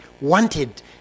wanted